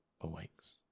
awakes